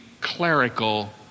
clerical